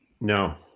no